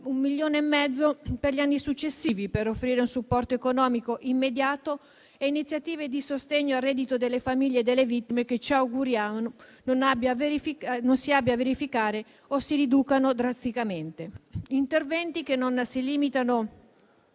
1,5 milioni di euro per gli anni successivi, per offrire un supporto economico immediato e iniziative di sostegno al reddito delle famiglie delle vittime, che ci auguriamo non si ripetano o si riducano drasticamente. Gli interventi non si limitano